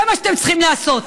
זה מה שאתם צריכים לעשות.